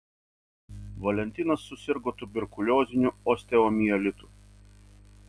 valentinas susirgo tuberkulioziniu osteomielitu